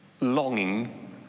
longing